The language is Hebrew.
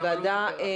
בהחלט.